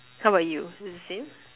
how about you is the same or